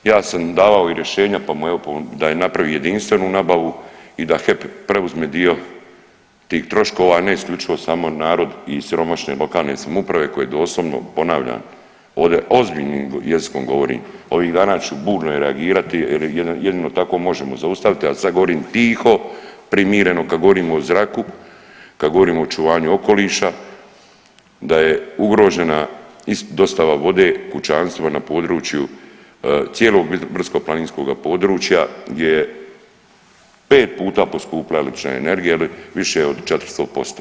Ja sam davao i rješenja pa evo da napravi jedinstvenu nabavu i da HEP preuzme dio tih troškova, a ne isključivo samo narod i siromašne lokalne samouprave koje doslovno, ponavljam, ovdje ozbiljnim jezikom govorim ovih dana ću burno i reagirati jer jedino tak možemo zaustaviti, a sad govorim tiho, primireno kad govorim o zraku, kad govorimo o očuvanju okoliša da je ugrožena i dostava vode kućanstvima na području cijelog brdsko-planinskoga područja gdje je pet puta poskupila električna energija ili više od 400%